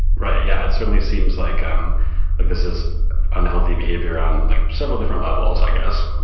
right? yeah. it certainly seems like i'm like this is unhealthy behavior on like several different levels, i guess.